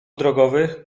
drogowych